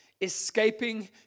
Escaping